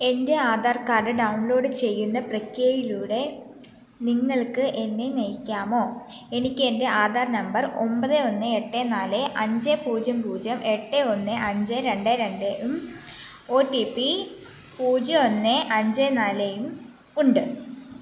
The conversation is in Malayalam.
എൻ്റെ ആധാർ കാഡ് ഡൗൺലോഡ് ചെയ്യുന്ന പ്രക്രിയയിലൂടെ നിങ്ങൾക്ക് എന്നെ നയിക്കാമോ എനിക്കെൻ്റെ ആധാർ നമ്പർ ഒൻപത് ഒന്ന് എട്ട് നാല് അഞ്ച് പൂജ്യം പൂജ്യം എട്ട് ഒന്ന് അഞ്ച് രണ്ട് രണ്ടേയും ഒ ടി പി പൂജ്യം ഒന്ന് അഞ്ച് നാലേയും ഉണ്ട്